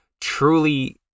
truly